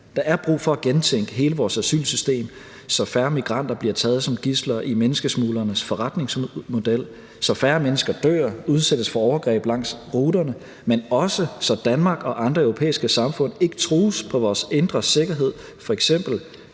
Der er brug for at gentænke hele vores asylsystem, så færre migranter bliver taget som gidsler i menneskesmuglernes forretningsmodel; så færre mennesker dør og udsættes for overgreb langs ruterne; men også så Danmark og andre europæiske samfund ikke trues på vores indre sikkerhed, f.eks.